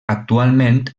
actualment